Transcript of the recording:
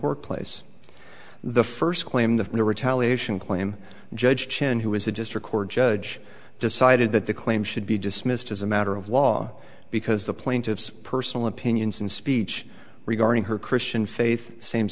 workplace the first claim that the retaliation claim judge chen who has had just record judge decided that the claim should be dismissed as a matter of law because the plaintiffs personal opinions and speech regarding her christian faith same